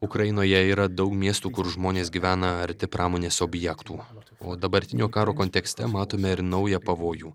ukrainoje yra daug miestų kur žmonės gyvena arti pramonės objektų o dabartinio karo kontekste matome ir naują pavojų